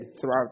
throughout